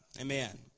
amen